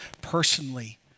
personally